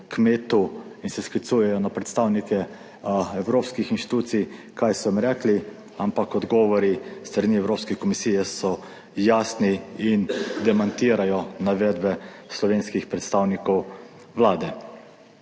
in se sklicujejo na predstavnike evropskih inštitucij kaj so jim rekli, ampak odgovori s strani Evropske komisije so jasni in demantirajo navedbe slovenskih predstavnikov Vlade.